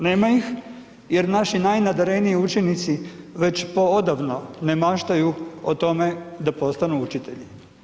Nema ih jer naši najnadareniji učenici već poodavno ne maštaju o tome da postanu učitelji.